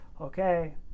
okay